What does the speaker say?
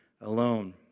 alone